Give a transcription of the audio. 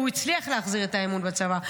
הוא הצליח להחזיר את האמון בצבא,